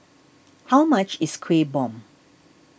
how much is Kuih Bom